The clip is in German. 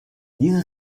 diese